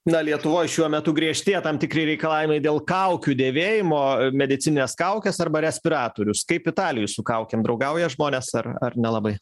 na lietuvoj šiuo metu griežtėja tam tikri reikalavimai dėl kaukių dėvėjimo medicinines kaukes arba respiratorius kaip italijoj su kaukėm draugauja žmonės ar ar nelabai